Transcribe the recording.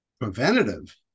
preventative